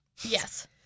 Yes